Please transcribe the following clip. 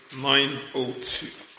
902